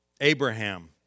Abraham